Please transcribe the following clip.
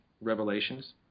revelations